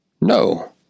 No